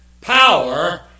power